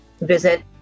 visit